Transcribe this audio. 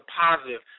positive